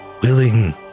willing